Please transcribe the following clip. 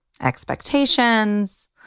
expectations